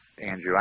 Andrew